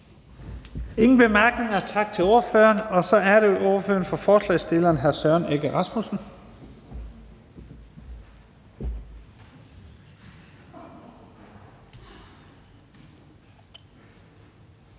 korte bemærkninger. Tak til ordføreren. Så er det ordføreren for forslagsstillerne, hr. Søren Egge Rasmussen.